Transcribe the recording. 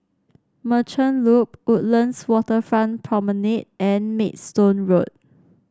Merchant Loop Woodlands Waterfront Promenade and Maidstone Road